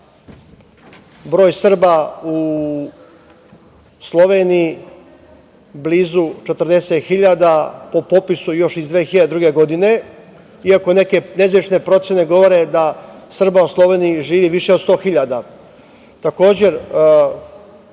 broj Srba u Sloveniji blizu 40.000 po popisu iz još 2002. godine, iako neke nezvanične procene govore da Srba u Sloveniji živi više od 100.000.Takođe,